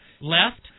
left